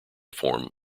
form